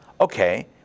Okay